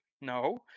No